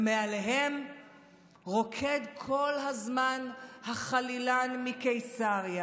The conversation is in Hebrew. ומעליהם רוקד כל הזמן החלילן מקיסריה,